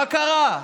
מה קרה?